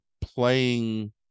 playing